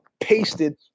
Pasted